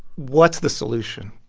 what's the solution?